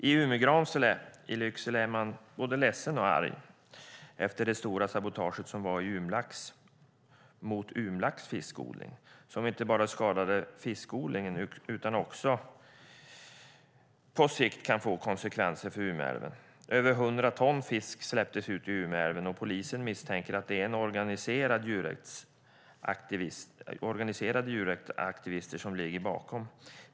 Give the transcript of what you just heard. I Umgransele i Lycksele är man både ledsen och arg efter det stora sabotaget som var mot Umlax fiskodling. Det skadade inte bara fiskodlingen utan kan på sikt också få konsekvenser för Umeälven. Det var över 100 ton som släpptes ut i Umeälven. Polisen misstänker att det är organiserade djurrättsaktivister som ligger bakom.